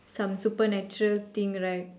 some supernatural thing right